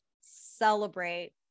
celebrate